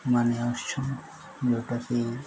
ମାନେ ଆସୁଛନ୍ ଯେଉଁଟାକି